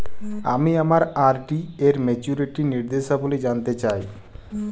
আমি আমার আর.ডি এর মাচুরিটি নির্দেশাবলী জানতে চাই